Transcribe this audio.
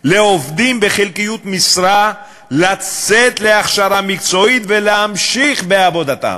לעובדים בחלקיות משרה לצאת להכשרה מקצועית ולהמשיך בעבודתם.